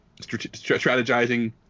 strategizing